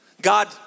God